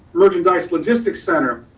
merchandise logistics center.